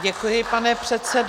Děkuji, pane předsedo.